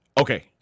Okay